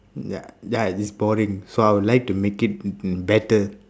ya ya it is boring so I would like to make it mm mm better